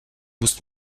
musst